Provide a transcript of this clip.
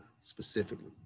specifically